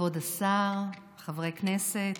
כבוד השר, חברי כנסת,